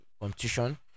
competition